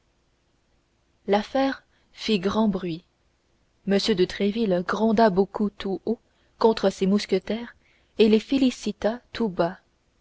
l'affaire fit grand bruit m de tréville gronda beaucoup tout haut contre ses mousquetaires et les félicita tout bas